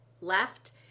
left